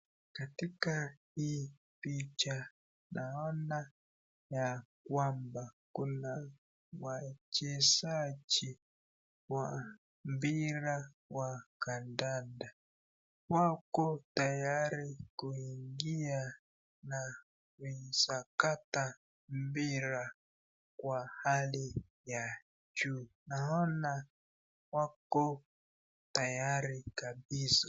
Katika hii picha naona ya kwamba kuna wachezaji wa mpira ya kandanda wako tayari kuingia na kusakata mpira Kwa Hali ya juu naona wako tayari kabisa.